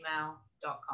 gmail.com